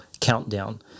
countdown